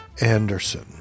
Anderson